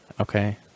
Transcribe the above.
Okay